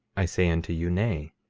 i say unto you, nay,